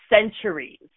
centuries